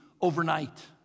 overnight